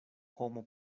homo